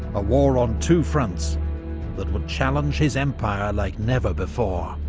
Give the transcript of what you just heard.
a war on two fronts that would challenge his empire like never before.